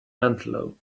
antelope